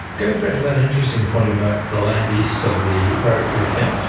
going back to that interesting point about the land east of the rabbit proof fence,